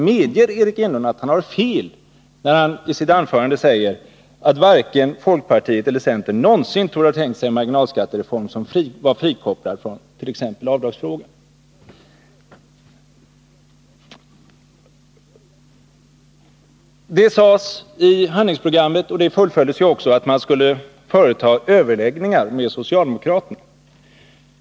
Medger Eric Enlund att han har fel, när han i sitt anförande säger att varken folkpartiet eller centern någonsin torde ha tänkt sig en marginalskattereform som var frikopplad från t.ex. avdragsfrågan? Det sades i handlingsprogrammet, och det fullföljdes ju också, att man skulle ha överläggningar med socialdemokraterna.